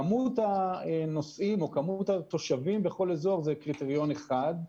כמות הנוסעים או כמות התושבים בכל אזור זה קריטריון אחד.